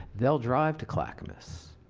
they will drive to clackamas.